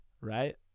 Right